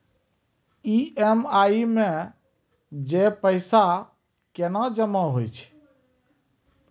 EMI मे जे पैसा केना जमा होय छै?